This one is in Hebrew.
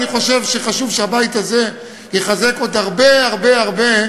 אני חושב שחשוב שהבית הזה יחזק עוד הרבה הרבה הרבה